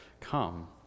come